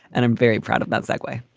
and i'm very proud of that segway.